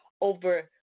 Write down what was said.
over